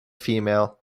female